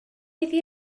iddi